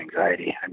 anxiety